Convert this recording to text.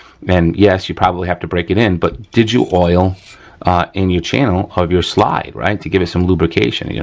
and yes, you probably have to break it in but did you oil in your channel of your slide, right, to give it some lubrication,